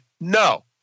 no